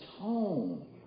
tone